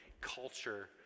culture